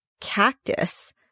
cactus